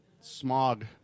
smog